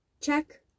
check